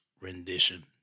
rendition